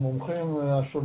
מאוד